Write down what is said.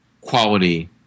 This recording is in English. quality